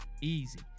easy